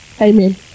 Amen